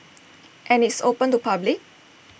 and it's open to public